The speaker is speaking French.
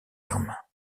armes